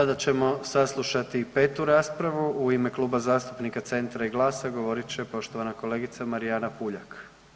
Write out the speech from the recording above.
Sada ćemo saslušati i petu raspravu, u ime Kluba zastupnika Centra i GLAS-am govorit će poštovana kolegica Marijana Puljak.